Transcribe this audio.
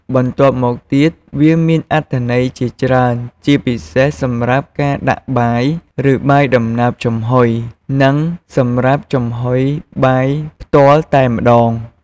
បន្ទាប់មកទៀតវាមានអត្ថប្រយោជន៍ជាច្រើន ជាពិសេសសម្រាប់ការដាក់បាយ ឬបាយដំណើបចំហុយ និងសម្រាប់ចំហុយបាយផ្ទាល់តែម្ដង។